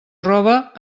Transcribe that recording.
roba